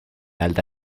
alta